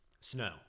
Snow